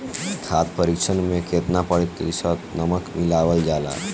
खाद्य परिक्षण में केतना प्रतिशत नमक मिलावल जाला?